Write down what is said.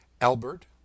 Albert